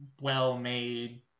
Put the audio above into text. well-made